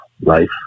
life